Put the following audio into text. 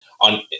on